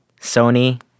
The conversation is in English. Sony